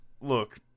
look